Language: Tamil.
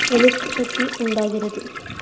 எதிர்ப்பு சக்தி உண்டாகிறது